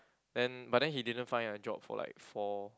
and but then he didn't find a job for like four